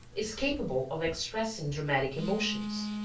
is capable of expressing dramatic emotions.